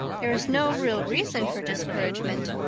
there was no real reason for discouragement,